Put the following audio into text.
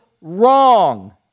wrong